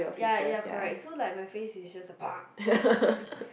ya ya correct so like my face is just